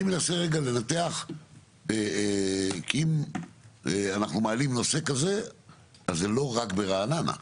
אני מנסה רגע לנתח כי אם אנחנו מעלים נושא כזה אז זה לא רק ברעננה,